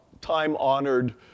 time-honored